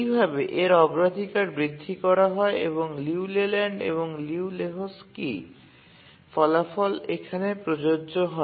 এইভাবে এর অগ্রাধিকার বৃদ্ধি করা হয় এবং লিউ লেল্যান্ড এবং লিউ লেহোকস্কির ফলাফলগুলি এখানে প্রযোজ্য হয়